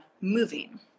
moving